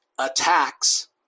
attacks